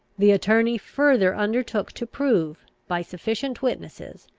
the attorney further undertook to prove, by sufficient witnesses,